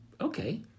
Okay